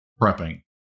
prepping